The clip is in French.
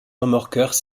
remorqueurs